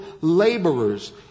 laborers